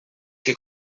que